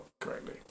correctly